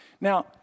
Now